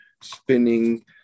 spinning